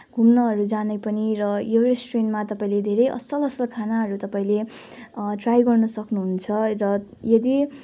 घुम्नहरू जाने पनि र यो रेस्टुरेन्टमा तपाईँले धेरै असल असल खानाहरू तपाईँले ट्राई गर्न सक्नुहुन्छ र यदि